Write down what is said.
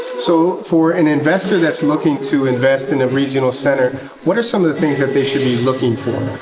so for an investor that's looking to invest in a regional center what are some of the things that they should be looking for?